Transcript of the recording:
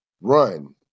run